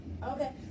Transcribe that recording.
Okay